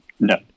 No